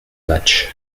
match